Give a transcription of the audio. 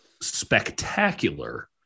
spectacular